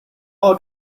all